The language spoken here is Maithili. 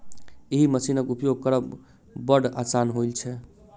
एहि मशीनक उपयोग करब बड़ आसान होइत छै